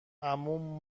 عموم